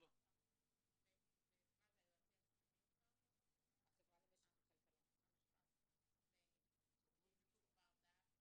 ומה זה, היועצים המשפטיים של הרשויות המקומיות?